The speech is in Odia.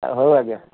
ହଉ ଆଜ୍ଞା